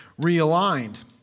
realigned